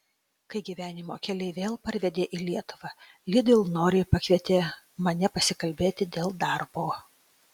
kai gyvenimo keliai vėl parvedė į lietuvą lidl noriai pakvietė mane pasikalbėti dėl darbo